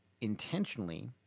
intentionally